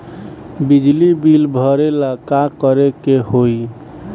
बिजली बिल भरेला का करे के होई?